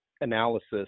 analysis